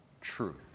truth